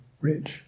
rich